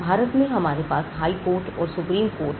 भारत में हमारे पास हाई कोर्ट और सुप्रीम कोर्ट हैं